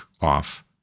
off